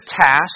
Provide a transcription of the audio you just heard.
task